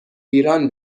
ایران